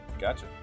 Gotcha